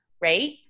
right